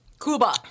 Cuba